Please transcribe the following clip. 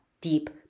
deep